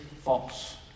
false